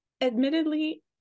admittedly